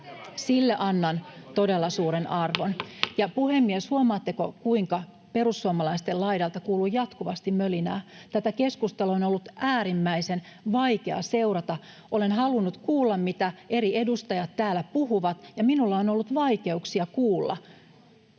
Puhemies koputtaa] — Ja puhemies, huomaatteko, kuinka perussuomalaisten laidalta kuuluu jatkuvasti mölinää. Tätä keskustelua on ollut äärimmäisen vaikea seurata. Olen halunnut kuulla, mitä eri edustajat täällä puhuvat, ja minulla on ollut vaikeuksia kuulla.